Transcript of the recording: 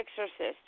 exorcist